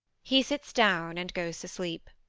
he sits down and goes asleep.